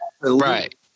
right